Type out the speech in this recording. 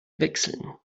wechseln